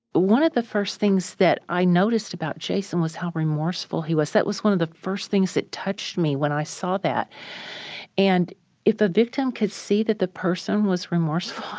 one of the first things that i noticed about jason was how remorseful he was. that was one of the first things that touched me when i saw that and if a victim could see that the person was remorseful,